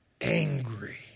angry